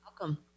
welcome